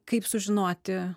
kaip sužinoti